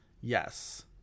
Yes